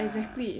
exactly